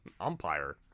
Umpire